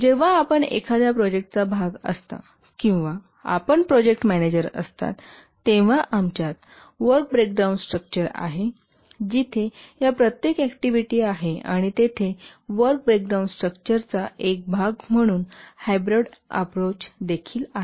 जेव्हा आपण एखाद्या प्रोजेक्टचा भाग असता किंवा आपण प्रोजेक्ट मॅनेजर असता तेव्हा आमच्यात वर्क ब्रेकडाउन स्ट्रक्चर आहे जिथे या प्रत्येक ऍक्टिव्हिटी आहेत आणि तेथे वर्क ब्रेकडाउन स्ट्रक्चर चा एक भाग म्हणून हायब्रीड अप्रोच देखील आहेत